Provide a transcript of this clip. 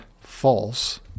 false